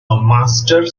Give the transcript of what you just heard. master